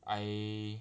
I